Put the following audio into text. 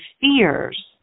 fears